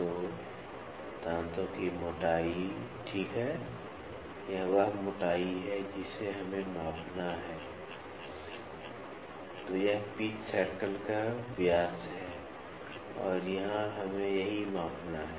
तो यह pitch circle का व्यास है और यहां हमें यही मापना है